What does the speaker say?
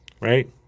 Right